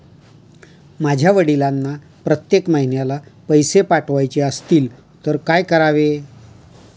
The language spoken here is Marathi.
माझ्या वडिलांना प्रत्येक महिन्याला पैसे पाठवायचे असतील तर काय करावे?